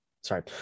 sorry